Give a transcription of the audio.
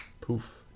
poof